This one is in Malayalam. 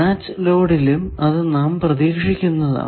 മാച്ച് ലോഡിലും അത് നാം പ്രതീക്ഷിക്കുന്നതാണ്